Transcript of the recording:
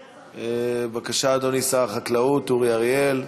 בבקשה, אדוני שר החקלאות אורי אריאל,